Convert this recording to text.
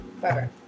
forever